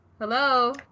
Hello